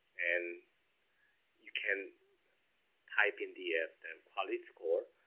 and you can type in the ah the quality score.